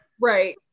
right